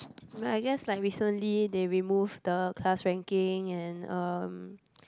I guess like recently they remove the class ranking and um